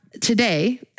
today